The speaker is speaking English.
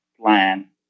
plan